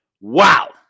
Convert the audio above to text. Wow